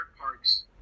Parks